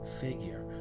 figure